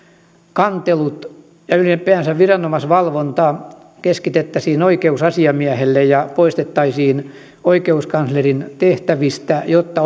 kantelut ja ylipäänsä viranomaisvalvonta keskitettäisiin oikeusasiamiehelle ja poistettaisiin oikeuskanslerin tehtävistä jotta